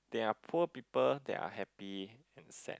there are poor people that are happy and sad